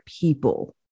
people